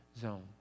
zone